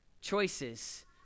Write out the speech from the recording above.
choices